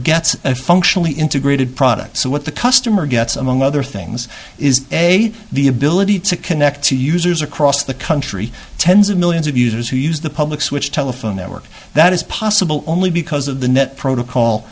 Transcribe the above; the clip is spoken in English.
gets a functionally integrated product so what the customer gets among other things is a the ability to connect to users across the country tens of millions of users who use the public switch telephone network that is possible only because of the net protocol